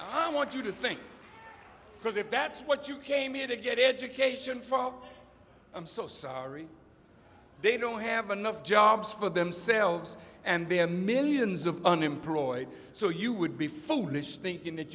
i want you to think because if that's what you came here to get education for i'm so sorry they don't have enough jobs for themselves and their millions of unemployed so you would be foolish thinking that